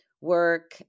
work